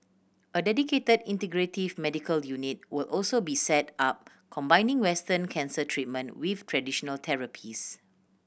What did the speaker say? a dedicated integrative medical unit will also be set up combining western cancer treatment with traditional therapies